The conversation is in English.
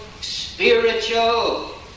spiritual